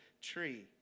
tree